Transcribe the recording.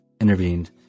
intervened